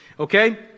Okay